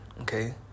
okay